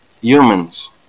humans